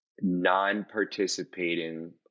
non-participating